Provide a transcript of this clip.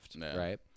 right